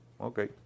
Okay